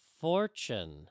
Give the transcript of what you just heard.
Fortune